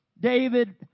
David